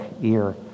year